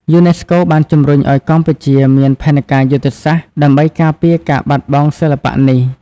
យូណេស្កូបានជំរុញឱ្យកម្ពុជាមាន ផែនការយុទ្ធសាស្ត្រ ដើម្បីការពារការបាត់បង់សិល្បៈនេះ។